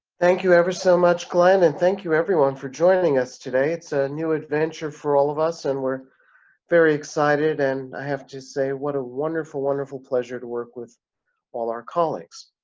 thank you ever so much glenn and thank you everyone for joining us today it's a new adventure for all of us and we're very excited and i have to say what a wonderful wonderful pleasure to work with all our colleagues.